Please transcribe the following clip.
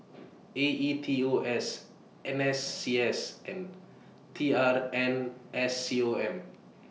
A E T O S N S C S and T R N S C O M